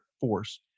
force